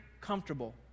comfortable